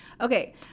Okay